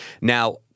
Now